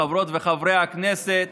חברות וחברי הכנסת,